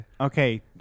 Okay